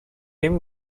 him